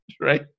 right